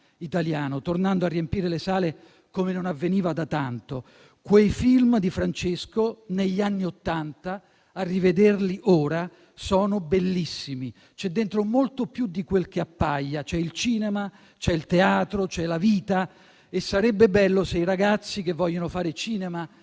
italiano, tornando a riempire le sale come non avveniva da tanto. Quei film di Francesco negli anni Ottanta, a rivederli ora, sono bellissimi, c'è dentro molto più di quel che appare: c'è il cinema, c'è il teatro, c'è la vita, e sarebbe bello se i ragazzi che vogliono fare cinema